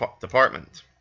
Department